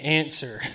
answer